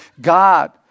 God